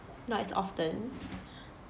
not as often